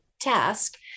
task